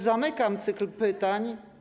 Zamykam cykl pytań.